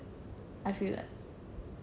I feel like